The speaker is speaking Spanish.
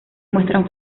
muestran